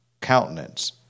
countenance